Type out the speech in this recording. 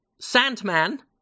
Sandman